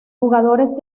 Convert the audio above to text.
jugadores